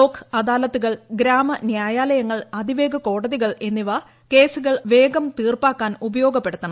ലോക് അദാലത്തുകൾ ഗ്രാമന്യായാലയങ്ങൾ അതിവേഗ കോടതികൾ എന്നിവ കേസുകൾ വേഗം തീർപ്പാക്കാൻ ഉപയോഗപ്പെടുത്തണം